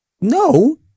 no